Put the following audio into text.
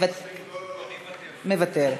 מוותר,